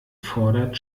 fordert